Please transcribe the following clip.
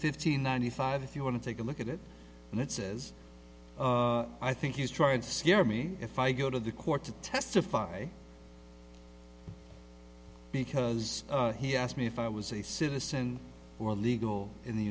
fifty ninety five if you want to take a look at it and it says i think he's tried to scare me if i go to the court to testify because he asked me if i was a citizen or legal in the